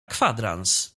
kwadrans